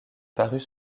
parut